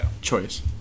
choice